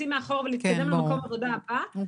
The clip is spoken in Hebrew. לשים מאחור ולהתקדם למקום העבודה הבא.